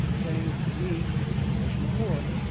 saying we, as a nation at war,